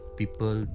people